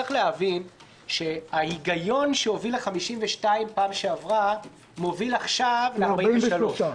להבין שההיגיון שהוביל ל-52 פעם שעברה מוביל עכשיו ל-43.